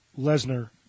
Lesnar